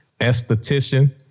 esthetician